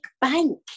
bank